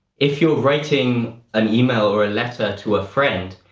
if you're writing an email or a letter to a friend,